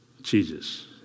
Jesus